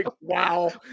wow